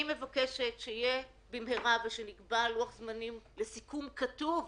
אני מבקשת שנקבע במהרה לוח זמנים וסיכום כתוב,